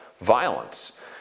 violence